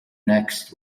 next